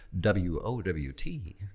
W-O-W-T